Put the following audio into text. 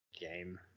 game